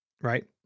Right